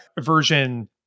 Version